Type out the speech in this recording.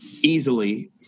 easily